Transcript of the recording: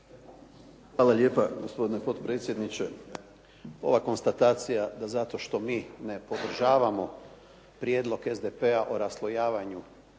Hvala lijepa gospodine potpredsjedniče. Ova konstatacija da zato što mi ne podržavamo prijedlog SDP-a o raslojavanju